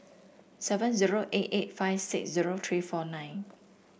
seven zero eight eight five six zero three four nine